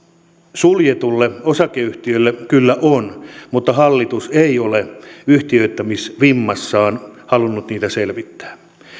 suljetulle osakeyhtiölle kyllä on mutta hallitus ei ole yhtiöittämisvimmassaan halunnut niitä selvittää